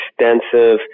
extensive